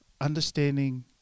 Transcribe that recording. understanding